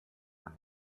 man